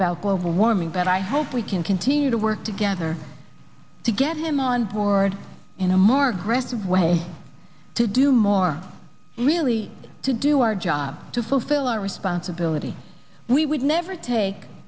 warming but i hope we can continue to work together to get him on board in a more aggressive well to do more really to do our job to fulfill our responsibility we would never take